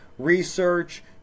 Research